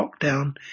lockdown